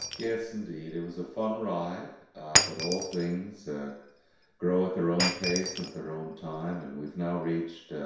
yes indeed. it was a fun ride but all things grow at their own pace, at their own time, and we've now reached